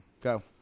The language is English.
Go